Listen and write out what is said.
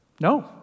No